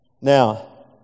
Now